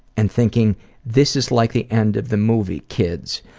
and thinking this is like the end of the movie kids.